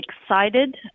excited